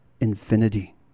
infinity